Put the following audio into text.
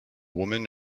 woman